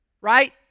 Right